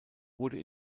wurde